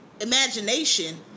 imagination